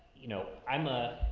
you know, i'm a,